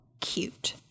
cute